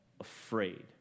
afraid